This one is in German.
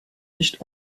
nicht